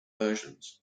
versions